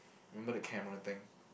remember the camera thing